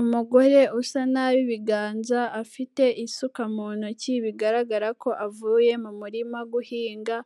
Umugore usa nabi ibiganza, afite isuka mu ntoki, bigaragara ko avuye mu murima guhinga,